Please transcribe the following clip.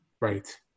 Right